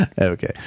Okay